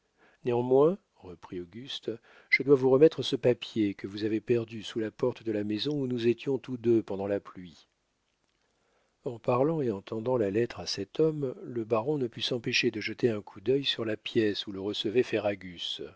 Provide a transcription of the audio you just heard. néanmoins reprit auguste je dois vous remettre ce papier que vous avez perdu sous la porte de la maison où nous étions tous deux pendant la pluie en parlant et en tendant la lettre à cet homme le baron ne put s'empêcher de jeter un coup d'œil sur la pièce où le recevait